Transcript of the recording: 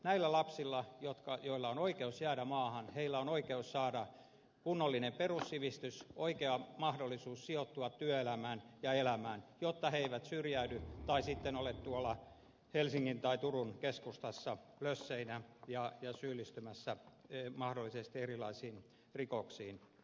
näillä lapsilla joilla on oikeus jäädä maahan on oikeus saada kunnollinen perussivistys oikea mahdollisuus sijoittua työelämään ja elämään jotta he eivät syrjäydy tai sitten ole tuolla helsingin tai turun keskustassa lösseinä ja syyllistymässä mahdollisesti erilaisiin rikoksiin